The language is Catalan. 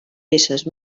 peces